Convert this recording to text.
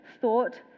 thought